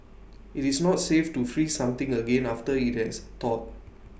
IT is not safe to freeze something again after IT has thawed